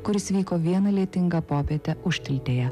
kuris vyko vieną lietingą popietę užtiltėje